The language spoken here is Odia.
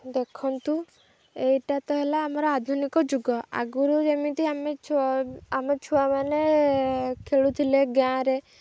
ଦେଖନ୍ତୁ ଏଇଟା ତ ହେଲା ଆମର ଆଧୁନିକ ଯୁଗ ଆଗୁରୁ ଯେମିତି ଆମେ ଛୁଆ ଆମେ ଛୁଆମାନେ ଖେଳୁଥିଲେ ଗାଁରେ